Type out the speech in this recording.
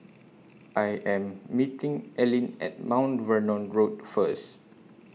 I Am meeting Ellyn At Mount Vernon Road First